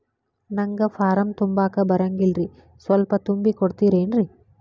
ನಂಗ ಫಾರಂ ತುಂಬಾಕ ಬರಂಗಿಲ್ರಿ ಸ್ವಲ್ಪ ತುಂಬಿ ಕೊಡ್ತಿರೇನ್ರಿ?